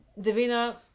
Davina